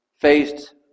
faced